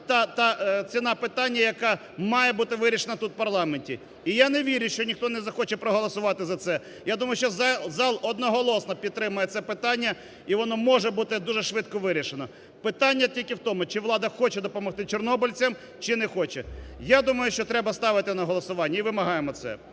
та ціна питання, яка має бути вирішена тут в парламенті. І я не вірю, що ніхто не захоче проголосувати за це. Я думаю, що зал одноголосно підтримає це питання, і воно може бути дуже швидко вирішено. Питання тільки в тому, чи влада хоче допомогти чорнобильцям, чи не хоче. Я думаю, що треба ставити на голосування і вимагаємо це.